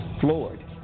floored